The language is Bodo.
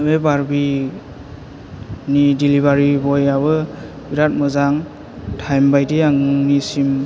बे बारबिनि दिलिभारि बयाबो बेराथ मोजां टाइम बायदियै आंनिसिम